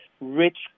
rich